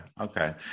Okay